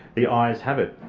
the ayes have it.